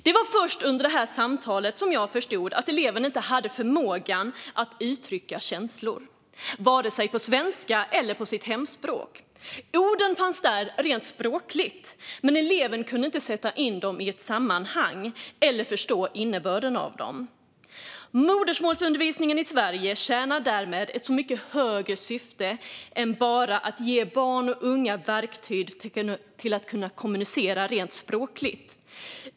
Det var först under det samtalet som jag förstod att eleven inte hade förmågan att uttrycka känslor, vare sig på svenska eller på sitt hemspråk. Orden fanns där rent språkligt, men eleven kunde inte sätta in dem i ett sammanhang eller förstå innebörden av dem. Modersmålsundervisningen i Sverige tjänar ett mycket högre syfte än att bara ge barn och unga verktyg till att kommunicera rent språkligt.